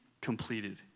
Completed